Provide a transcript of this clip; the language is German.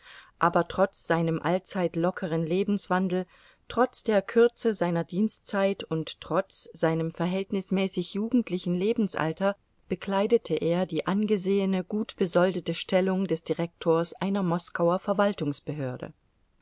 aber trotz seinem allzeit lockeren lebenswandel trotz der kürze seiner dienstzeit und trotz seinem verhältnismäßig jugendlichen lebensalter bekleidete er die angesehene gut besoldete stellung des direktors einer moskauer verwaltungsbehörde